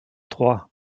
trois